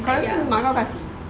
kau rasa mak kau kasi